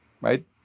right